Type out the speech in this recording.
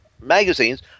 Magazines